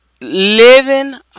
Living